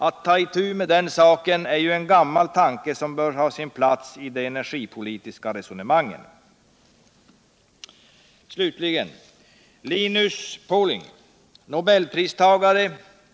Att ta itu med den saken är en gammal tanke, som bör ha sin plats I det energipolitiska resonemanget.